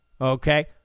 okay